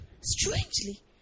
strangely